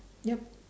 yup